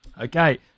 Okay